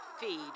feed